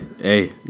hey